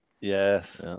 yes